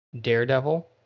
Daredevil